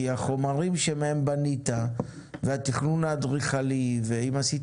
כי החומרים שמהם בנית והתכנון האדריכלי ואם עשית